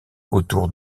autour